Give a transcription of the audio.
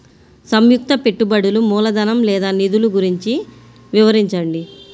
సంయుక్త పెట్టుబడులు మూలధనం లేదా నిధులు గురించి వివరించండి?